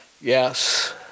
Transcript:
yes